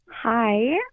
hi